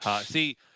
See